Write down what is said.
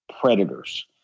predators